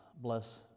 bless